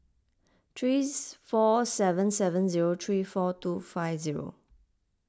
three four seven seven zero three four two five zero